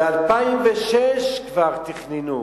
ב-2006 כבר תכננו.